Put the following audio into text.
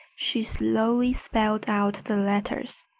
she slowly spelled out the letters.